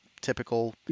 typical